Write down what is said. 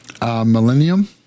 Millennium